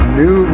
new